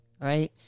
right